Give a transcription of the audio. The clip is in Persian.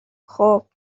خوب